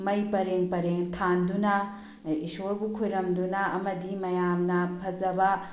ꯃꯩ ꯄꯔꯦꯡ ꯄꯔꯦꯡ ꯊꯥꯟꯗꯨꯅ ꯏꯁꯣꯔꯕꯨ ꯈꯨꯔꯨꯝꯗꯨꯅ ꯑꯃꯗꯤ ꯃꯌꯥꯝꯅ ꯐꯖꯕ